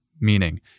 meaning